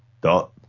dot